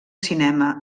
cinema